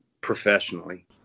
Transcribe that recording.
professionally